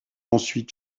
ensuite